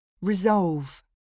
resolve